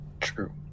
True